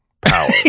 power